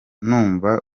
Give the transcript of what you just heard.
numva